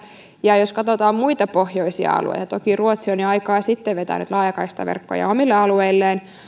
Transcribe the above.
ja jos katsotaan muita pohjoisia alueita toki ruotsi on jo aikaa sitten vetänyt laajakaistaverkkoja omille alueilleen